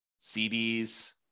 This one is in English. CDs